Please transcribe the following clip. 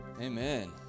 Amen